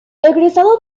egresado